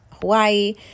hawaii